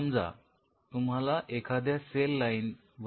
समजा तुम्हाला एखाद्या सेल लाईन वरती काम करायचे आहे